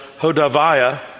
Hodaviah